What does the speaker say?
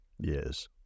yes